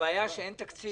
הבעיה היא שאין תקציב,